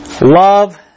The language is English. love